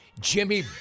Jimmy